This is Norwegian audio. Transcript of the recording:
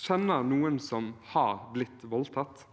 kjenner noen som har blitt voldtatt,